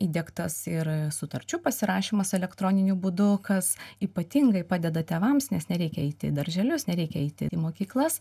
įdiegtas ir sutarčių pasirašymas elektroniniu būdu kas ypatingai padeda tėvams nes nereikia eiti į darželius nereikia eiti į mokyklas